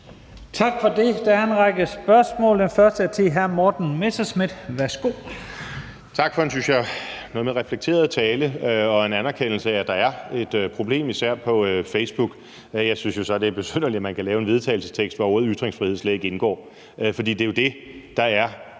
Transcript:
Tak for det. Der er en række spørgsmål, og det første er fra hr. Morten Messerschmidt. Værsgo. Kl. 15:43 Morten Messerschmidt (DF): Tak for en, synes jeg, reflekteret tale og en anerkendelse af, at der er et problem, især på Facebook. Jeg synes jo så, at det er besynderligt, at man kan lave en vedtagelsestekst, hvor ordet ytringsfrihed slet ikke indgår. For det er jo det, der er